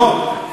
לא.